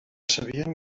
sabien